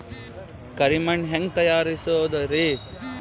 ಕರಿ ಮಣ್ ಹೆಂಗ್ ತಯಾರಸೋದರಿ?